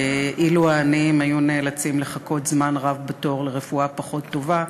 ואילו העניים היו נאלצים לחכות זמן רב בתור לרפואה פחות טובה.